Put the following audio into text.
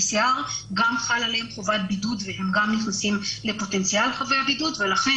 PCR גם חלה עליהם חובת בידוד והם גם נכנסים לפוטנציאל חבי הבידוד ולכן